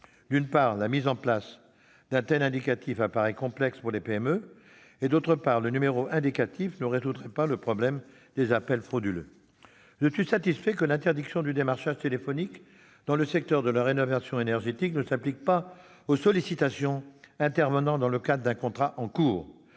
d'une part, la mise en place d'un tel indicatif apparaît complexe pour les PME, et, d'autre part, le numéro indicatif ne résoudrait pas le problème des appels frauduleux. Je suis satisfait que l'interdiction du démarchage téléphonique dans le secteur de la rénovation énergétique ne s'applique pas aux sollicitations intervenant dans le cadre d'un contrat en cours.